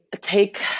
take